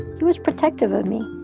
he was protective of me.